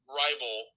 rival